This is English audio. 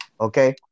Okay